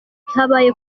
habaye